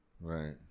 right